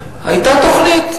היתה תוכנית,